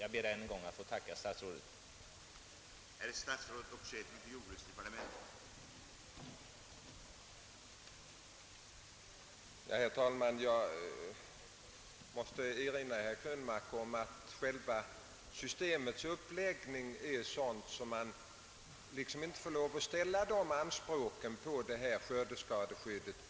Jag ber än en gång att få tacka statsrådet för svaret.